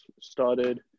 started